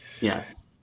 Yes